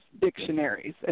dictionaries